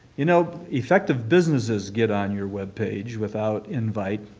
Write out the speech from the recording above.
you know, effective businesses get on your web page without invite,